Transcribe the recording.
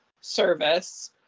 service